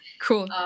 Cool